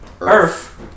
Earth